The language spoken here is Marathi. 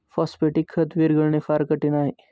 फॉस्फेटिक खत विरघळणे फार कठीण आहे